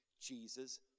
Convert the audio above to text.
Jesus